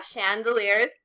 chandeliers